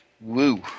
Woo